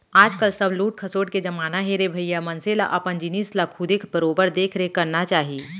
आज काल सब लूट खसोट के जमाना हे रे भइया मनसे ल अपन जिनिस ल खुदे बरोबर देख रेख करना चाही